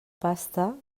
pasta